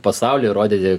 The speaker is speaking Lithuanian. pasauliui rodyti